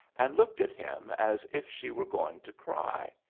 and looked at him as if she were going to cry.